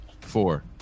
Four